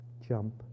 Jump